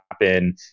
happen